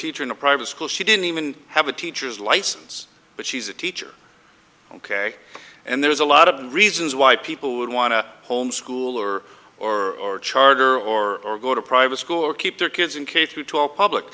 teacher in a private school she didn't even have a teacher's license but she's a teacher ok and there's a lot of reasons why people would want to homeschool or or charter or go to private school or keep their kids in k through twelve public